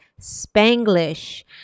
Spanglish